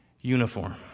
uniform